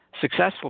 Successful